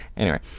anyway,